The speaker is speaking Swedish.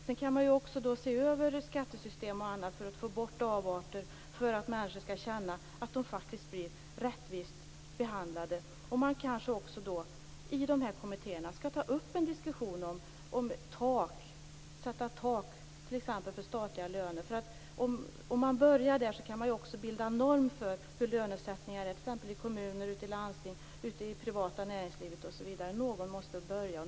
Sedan kan man också se över skattesystem och annat för att få bort avarter och för att människor skall känna att de faktiskt blir rättvist behandlade. Man kanske också i de här kommittéerna skall ta upp en diskussion om t.ex. tak för statliga löner. Om man börjar där kan man också bilda en norm för lönesättningen i exempelvis kommuner, landsting, privat näringsliv osv. Någon måste börja.